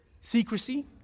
secrecy